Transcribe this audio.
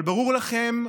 אבל ברור לכם,